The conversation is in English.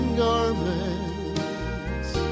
garments